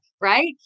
right